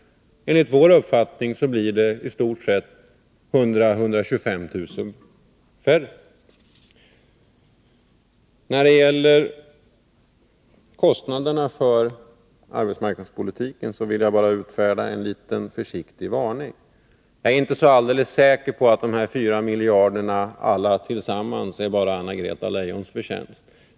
Enligt vår uppfattning blir det 100 000-125 000 jobb färre. När det gäller kostnaderna för arbetsmarknadspolitiken vill jag bara utfärda en försiktig varning. Jag är inte så alldeles säker på att alla dessa 4 miljarder bara är Anna-Greta Leijons förtjänst.